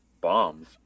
bombs